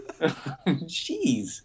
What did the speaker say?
Jeez